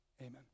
Amen